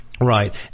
Right